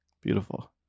Beautiful